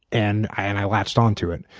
and i and i latched onto it.